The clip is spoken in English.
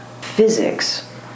physics